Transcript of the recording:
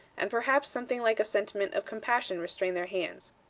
and perhaps something like a sentiment of compassion restrained their hands.